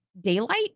daylight